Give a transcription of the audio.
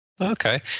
Okay